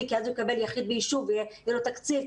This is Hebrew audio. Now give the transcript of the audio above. כי אז הוא יקבל יחיד ביישוב ויהיה לו תקציב,